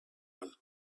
one